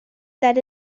that